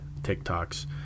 TikToks